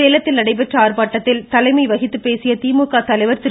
சேலத்தில் நடைபெற்ற ஆர்ப்பாட்டத்தில் தலைமை வகித்து பேசிய திமுக தலைவர் திரு